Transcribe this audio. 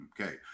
okay